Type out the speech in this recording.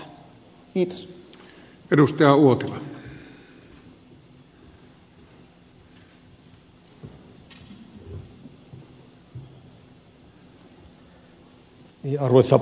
arvoisa puhemies